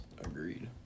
Agreed